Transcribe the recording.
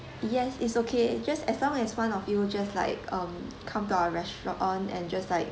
yes it's okay just as long as one of you just like um come to our restaurant and just like